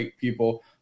people